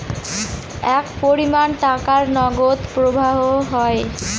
এক পরিমান টাকার নগদ প্রবাহ হয়